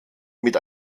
mit